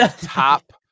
top